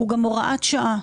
הוא גם הוראת שעה.